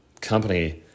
company